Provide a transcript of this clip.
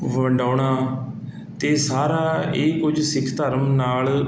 ਵੰਡਾਉਣਾ ਅਤੇ ਸਾਰਾ ਇਹੀ ਕੁਝ ਸਿੱਖ ਧਰਮ ਨਾਲ਼